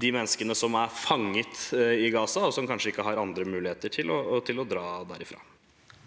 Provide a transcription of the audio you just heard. de menneskene som er fanget i Gaza, som kanskje ikke har andre muligheter til å dra derifra.